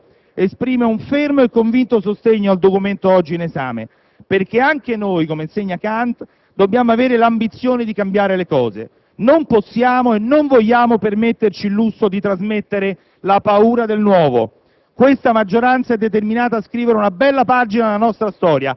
È per questo, signori colleghi, signor Presidente, che l'Ulivo esprime un fermo e convinto sostegno al Documento oggi in esame perché anche noi, come insegna Kant, dobbiamo avere l'ambizione di cambiare le cose. Non possiamo e non vogliamo permetterci il lusso d trasmettere la paura del nuovo.